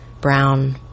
Brown